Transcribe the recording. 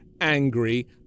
angry